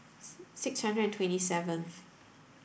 six hundred and twenty seventh